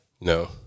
No